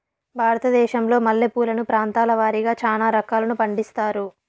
భారతదేశంలో మల్లె పూలను ప్రాంతాల వారిగా చానా రకాలను పండిస్తారు